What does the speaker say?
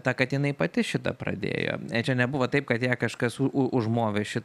ta kad jinai pati šitą pradėjo ir čia nebuvo taip kad ją kažkas už užmovė šitą